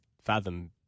fathom